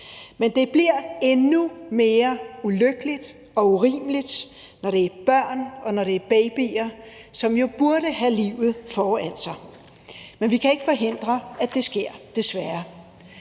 men det bliver endnu mere ulykkeligt og urimeligt, når det er børn, og når det er babyer, som jo burde have livet foran sig, men vi kan ikke forhindre, at det sker, desværre.